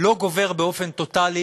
לא גובר באופן טוטלי